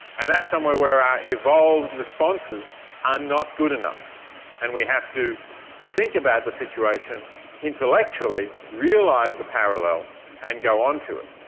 and that's somewhere where our evolved responses are not good enough and we have to think about the situation intellectually, realise the parallel and go on to it.